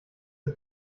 der